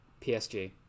PSG